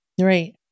Right